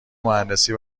مهندسی